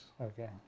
Okay